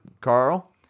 Carl